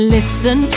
Listen